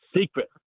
secret